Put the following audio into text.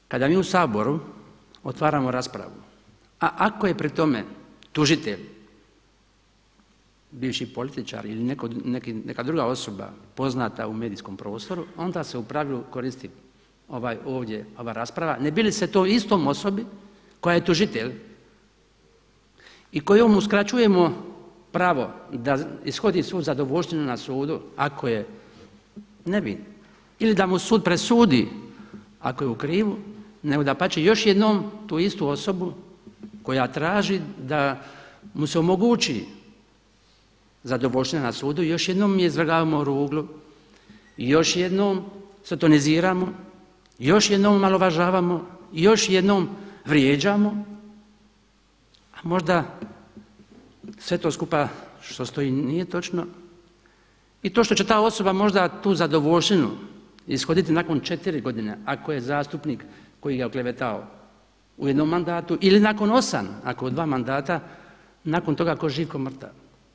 Na ovaj način kada mi u Saboru otvaramo raspravu, a ako je pri tome tužitelj bivši političar ili neka druga osoba poznata u medijskom prostoru, onda se u pravilu koristi ova ovdje rasprava ne bi li se toj istoj osobi kojemu je tužitelj i kojem uskraćujemo pravo da ishodi svu zadovoljštinu na sudu ako je nevin ili da mu sud presudi ako je u krivu, nego dapače još jednom tu istu osobu koja traži da mu se omogući zadovoljština na sudu još jednom izvrgavamo ruglu i još jednom sotoniziramo i još jednom omalovažavamo i još jednom vrijeđamo a možda sve to skupa što stoji nije točno i to što će ta osoba možda tu zadovoljštinu ishoditi nakon četiri godine ako je zastupnik koji ga je oklevetao u jednom mandatu ili nakon osam nakon dva mandata, nakon toga tko živ tko mrtav.